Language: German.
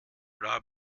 bla